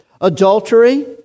adultery